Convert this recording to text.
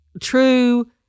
true